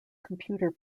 computer